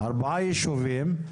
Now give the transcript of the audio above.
ארבעה ישובים,